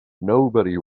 nobody